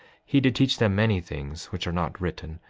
he did teach them many things which are not written,